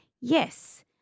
Yes